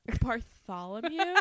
Bartholomew